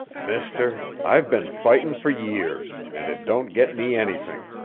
mister, i've been fightin' for years, and it don't get me anything.